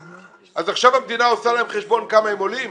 אז עכשיו המדינה עושה להם חשבון כמה הם עולים?